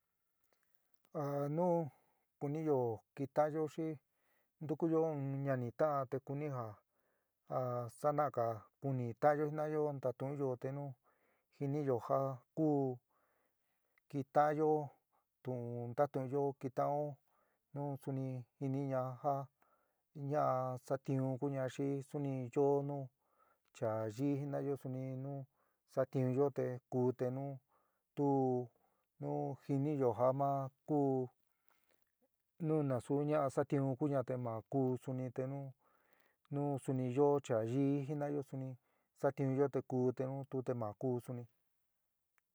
A nu kuniyo kitanyo xi ntukuyo in ñani ta'án te kuni ja a sana'aga kuni ta'anyo jina'ayo, natuúnyo te nu jiniyo ja ku keta'anyo tu'ún ntatunyo ketaán'o nu suni jiniña ja ñaa satiún kuña xi suni yoó nu cha yií jinayo suni nu satiunyo te ku te nu tu nu jiniyo ja ma ku nu nasuu ña satiun kuña te ma ku suni te nu nu suni yoó chaa yii jina'ayo suni satiunyo te ku te nu tu te ma ku suni.